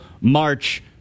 march